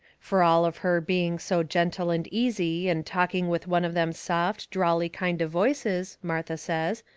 fur all of her being so gentle and easy and talking with one of them soft, drawly kind of voices, martha says,